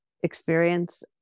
experience